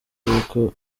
cy’uko